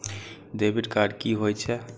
Debit card की होय छे?